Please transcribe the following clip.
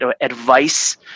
advice